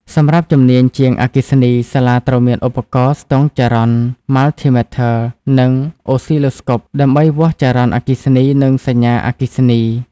សម្រាប់ជំនាញ ជាងអគ្គិសនី សាលាត្រូវមាន ឧបករណ៍ស្ទង់ចរន្ត (Multimeters) និង អូសស៊ីឡូស្កូប (Oscilloscopes) ដើម្បីវាស់ចរន្តអគ្គិសនីនិងសញ្ញាអគ្គិសនី។